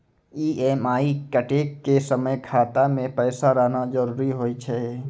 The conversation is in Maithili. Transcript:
ई.एम.आई कटै के समय खाता मे पैसा रहना जरुरी होय छै